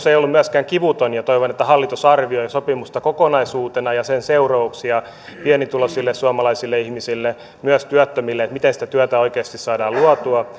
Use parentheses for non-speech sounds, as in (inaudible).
(unintelligible) ei ollut myöskään kivuton toivon että hallitus arvioi sopimusta kokonaisuutena ja sen seurauksia pienituloisille suomalaisille ihmisille myös työttömille miten sitä työtä oikeasti saadaan luotua (unintelligible)